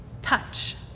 touch